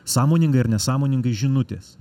sąmoningai ar nesąmoningai žinutės